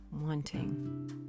wanting